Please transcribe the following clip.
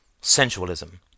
Sensualism